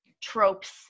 tropes